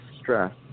stress